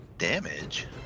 damage